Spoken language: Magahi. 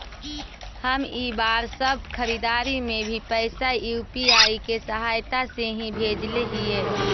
हम इ बार सब खरीदारी में भी पैसा यू.पी.आई के सहायता से ही भेजले हिय